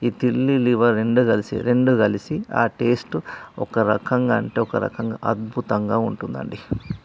ఈ తిల్లి లివర్ రెండు కలిసి రెండూ కలిసి ఆ టేస్టు ఒక రకంగా అంటే ఒక రకంగా అద్భుతంగా ఉంటుంది అండి